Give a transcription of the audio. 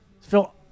Phil